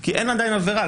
כי אין עדיין עבירה.